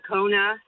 Kona